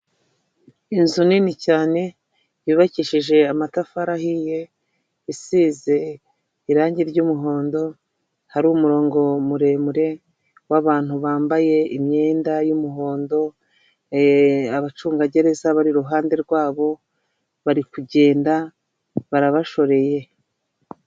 Inzu nini cyane yubakishije amatafari ahiye, isize irangi ry'umuhondo, hari umurongo muremure w'abantu bambaye imyenda y'umuhondo, abacungagereza bari iruhande rwabo bari kugenda, barabashoreye.